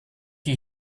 you